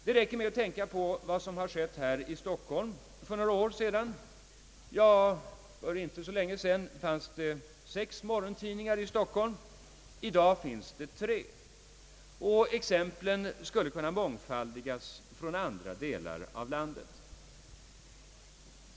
Det räcker med att tänka på vad som skett här i Stockholm under några år. För inte så länge sedan fanns sex morgontidningar i Stockholm, i dag finns det tre. Exemplen skulle kunna mångfaldigas från andra delar av landet.